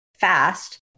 fast